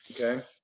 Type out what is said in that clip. okay